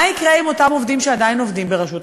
מה יקרה עם אותם עובדים שעדיין עובדים ברשות השידור?